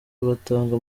batanga